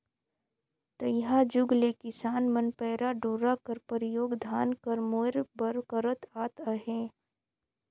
तइहा जुग ले किसान मन पैरा डोरा कर परियोग धान कर मोएर बर करत आत अहे